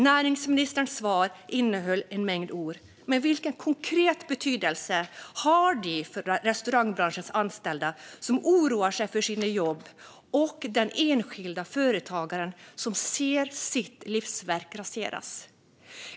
Näringsministerns svar innehöll en mängd ord, men vilken konkret betydelse har de för restaurangbranschens anställda som oroar sig för sina jobb och den enskilda företagaren som ser sitt livsverk raseras?